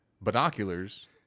binoculars